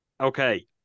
Okay